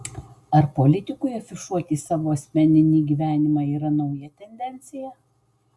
ar politikui afišuoti savo asmeninį gyvenimą yra nauja tendencija